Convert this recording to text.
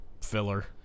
filler